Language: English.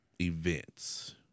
events